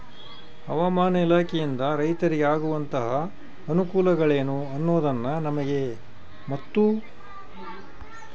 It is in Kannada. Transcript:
ಹವಾಮಾನ ಇಲಾಖೆಯಿಂದ ರೈತರಿಗೆ ಆಗುವಂತಹ ಅನುಕೂಲಗಳೇನು ಅನ್ನೋದನ್ನ ನಮಗೆ ಮತ್ತು?